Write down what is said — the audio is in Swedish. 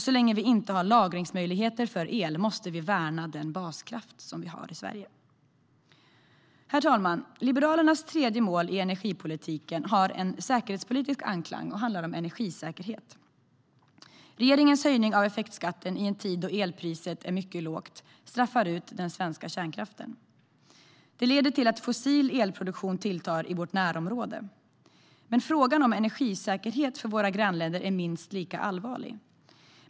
Så länge vi inte har lagringsmöjligheter för el måste vi värna den baskraft vi har i Sverige. Herr talman! Liberalernas tredje mål i energipolitiken har en säkerhetspolitisk klang och handlar om energisäkerhet. Regeringens höjning av effektskatten i en tid då elpriset är mycket lågt straffar ut den svenska kärnkraften. Det leder till att fossil elproduktion tilltar i vårt närområde. Men frågan om energisäkerhet för våra grannländer är minst lika allvarlig.